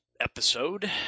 episode